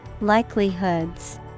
Likelihoods